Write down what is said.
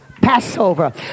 Passover